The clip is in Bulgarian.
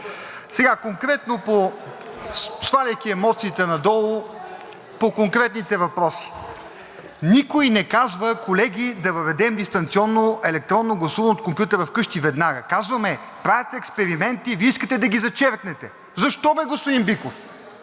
Сега, конкретно, сваляйки емоциите надолу, по конкретните въпроси. Никой не казва: колеги, да въведем дистанционно електронно гласуване от компютъра вкъщи веднага. Казваме: правят се експерименти. Вие искате да ги зачеркнете. Защо бе, господин Биков?